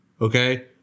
Okay